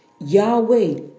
Yahweh